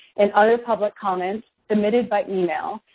and other public comments submitted by email,